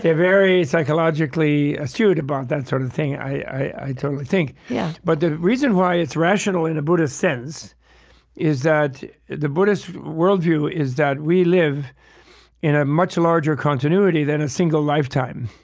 very psychologically astute about that sort of thing, i totally think. yeah but the reason why it's rational in a buddhist sense is that the buddhist world view is that we live in a much larger continuity than a single lifetime.